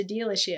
dealership